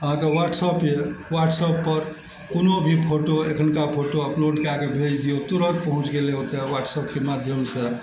अहाँके व्हाट्सप यऽ वाट्सअपपर कोनो भी फोटो एखनका फोटो अपलोड कए कऽ भेज दियौ तुरत पहुँच गेलय ओतऽ व्हाट्सअपके माध्यमसँ